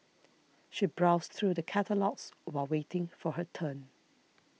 she browsed through the catalogues while waiting for her turn